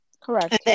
Correct